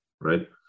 right